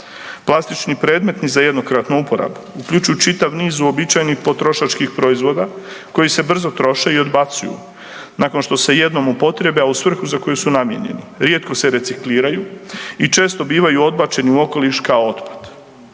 Plastični predmeti za jednokratnu uporabu uključuju čitav niz uobičajenih potrošačkih proizvoda koji se brzo troše i odbacuju nakon što se jednom upotrijebe, a u svrhu za koju su namijenjeni, rijetko se recikliraju i često bivaju odbačeni u okoliš kao otpad.